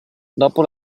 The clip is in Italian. dopo